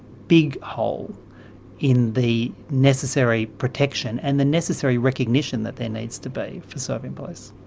big hole in the necessary protection and the necessary recognition that there needs to be for serving police.